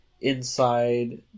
inside